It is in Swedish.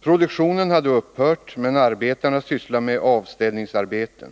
Produktionen hade upphört men arbetarna sysslade med avstädningsarbeten.